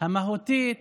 המהותית